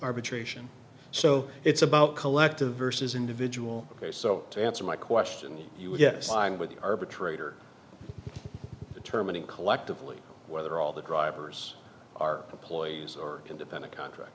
arbitration so it's about collective versus individual so to answer my question yes i'm with the arbitrator determining collectively whether all the drivers are employees are independent contract